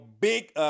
big